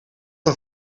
een